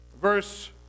Verse